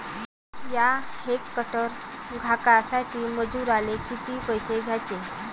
यक हेक्टर कांद्यासाठी मजूराले किती पैसे द्याचे?